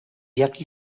jaki